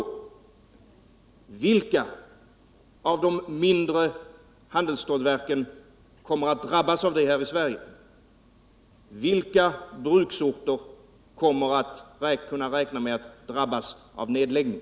Vilka av de mindre handelsstålverken här i Sverige kommer att drabbas av det? Vilka bruksorter får räkna med att drabbas av nedläggning?